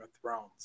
Thrones